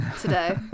today